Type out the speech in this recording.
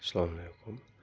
اسلام علیکُم